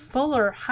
Fuller